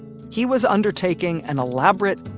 he was undertaking an elaborate,